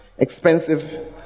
expensive